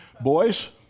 Boys